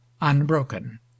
unbroken